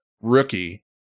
rookie